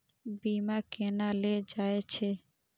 बीमा केना ले जाए छे?